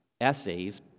essays